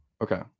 Okay